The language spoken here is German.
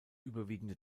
überwiegende